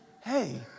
hey